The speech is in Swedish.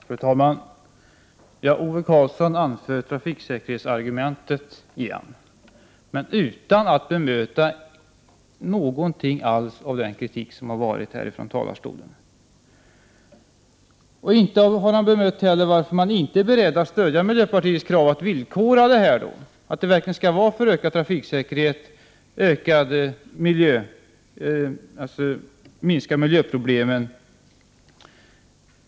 Fru talman! Ove Karlsson anför på nytt trafiksäkerhetsargumentet men utan att på något sätt bemöta den kritik som framförts här från talarstolen. Inte heller har han förklarat varför utskottsmajoriteten inte är beredd att stödja miljöpartiets krav att bidraget skall villkoras, att pengarna skall användas syfte att öka trafiksäkerheten och minska miljöproblemen.